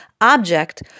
object